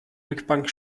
rückbank